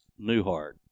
Newhart